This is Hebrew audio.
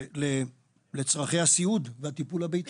לצרכי הסיעוד והטיפול הביתי